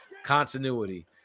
continuity